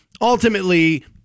ultimately